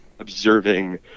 observing